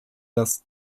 das